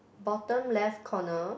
bottom left corner